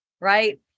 right